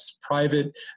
private